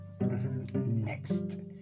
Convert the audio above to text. next